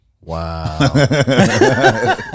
Wow